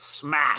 smash